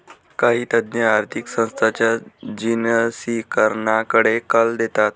काही तज्ञ आर्थिक संस्थांच्या जिनसीकरणाकडे कल देतात